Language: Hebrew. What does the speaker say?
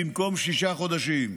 במקום שישה חודשים,